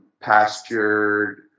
pastured